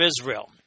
Israel